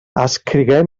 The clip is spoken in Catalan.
escrigué